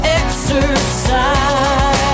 exercise